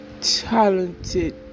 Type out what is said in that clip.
talented